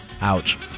Ouch